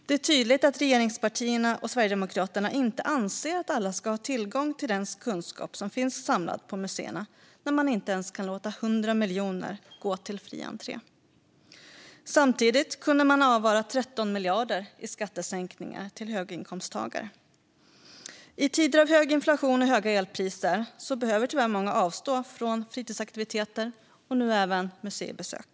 Det är tydligt att regeringspartierna och Sverigedemokraterna inte anser att alla ska ha tillgång till den kunskap som finns samlad på museerna i och med att man inte ens kan låta 100 miljoner gå till fri entré. Samtidigt kunde man avvara 13 miljarder i skattesänkningar för höginkomsttagare. I tider av hög inflation och höga elpriser behöver många tyvärr avstå från fritidsaktiviteter och nu även från museibesök.